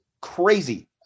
crazy